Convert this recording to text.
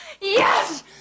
yes